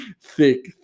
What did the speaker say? thick